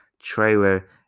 trailer